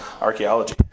archaeology